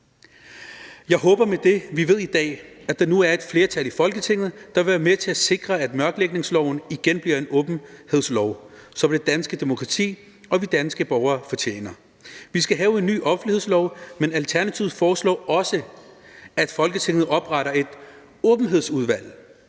at der med det, vi ved i dag, er et flertal i Folketinget, der vil være med til at sikre, at mørklægningsloven igen bliver den åbenhedslov, som det danske demokrati og vi danske borgere fortjener. Vi skal have en ny offentlighedslov, men Alternativet foreslår også, at Folketinget opretter et åbenhedsudvalg,